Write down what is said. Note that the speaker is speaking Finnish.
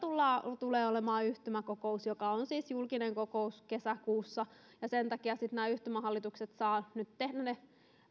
tulee kesäkuussa olemaan yhtymäkokous joka on siis julkinen kokous ja sen takia sitten nämä yhtymähallitukset saavat nyt tehdä ne muutokset hallituksen